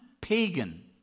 pagan